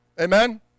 Amen